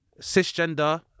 cisgender